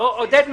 עודד,